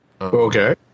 Okay